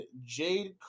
Jade